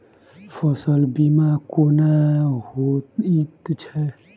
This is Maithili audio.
फसल बीमा कोना होइत छै?